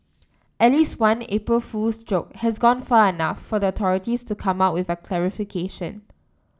at least one April Fool's joke has gone far enough for the authorities to come out with a clarification